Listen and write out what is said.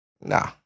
Nah